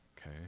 Okay